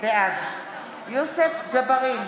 בעד יוסף ג'בארין,